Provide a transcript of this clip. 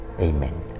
Amen